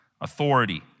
authority